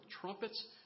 trumpets